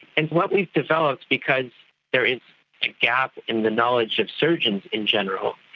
and what we've developed, because there is a gap in the knowledge of surgeons in general,